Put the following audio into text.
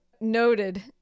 noted